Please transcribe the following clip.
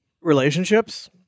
relationships